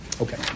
okay